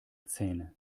zähne